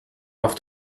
auf